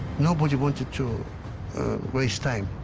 nobody wanted to waste time,